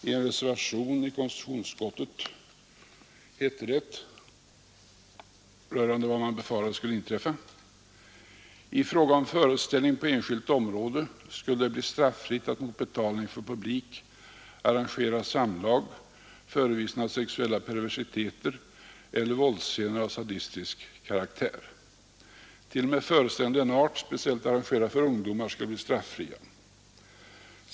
I en reservation i konstitutionsutskottet hette det rörande vad man befarade skulle inträffa: ”I fråga om föreställning på enskilt område skulle det bli straffritt att mot betalning för publik arrangera samlag, förevisning av sexuella perversiteter eller våldsscener av sadistisk karaktär. T. o. m. föreställningar av denna art, speciellt arrangerade för ungdomar, skulle bli straffria.